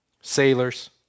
sailors